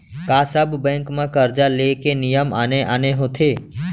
का सब बैंक म करजा ले के नियम आने आने होथे?